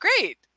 Great